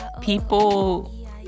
people